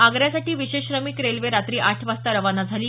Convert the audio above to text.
आग्रासाठी विशेष श्रमिक रेल्वे रात्री आठ वाजता रवाना झाली